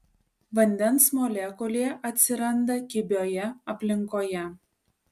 vandens molekulė atsiranda kibioje aplinkoje